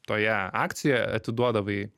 toje akcijoje atiduodavai